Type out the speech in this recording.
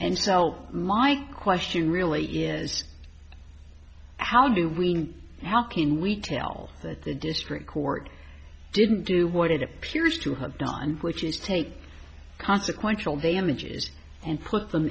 and so my question really is how do we how can we tell that the district court didn't do what it appears to have done which is take consequential damages and put them